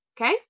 Okay